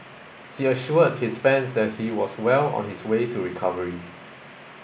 he assured his fans that he was well on his way to recovery